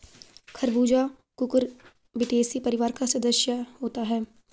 खरबूजा कुकुरबिटेसी परिवार का सदस्य होता है